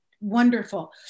wonderful